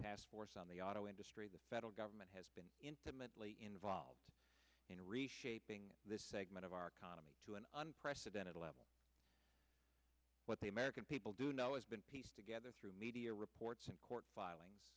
task force on the auto industry the federal government has been intimately involved in reshaping this segment of our economy to an unprecedented level what the american people do know is been pieced together through media reports and court